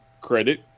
credit